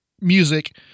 music